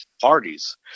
parties